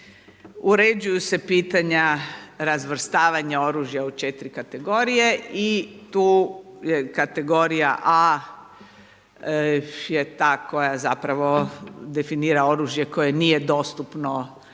Uređuju se pitanja razvrstavanja oružja u 4 kategorije i tu je kategorija A ta koja zapravo definira oružje koje nije dostupno